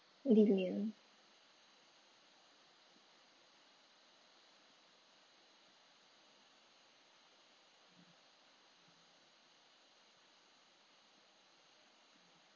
lilian